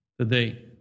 today